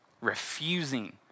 refusing